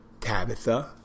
Tabitha